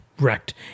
wrecked